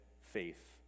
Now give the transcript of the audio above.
faith